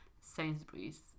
Sainsbury's